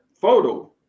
photo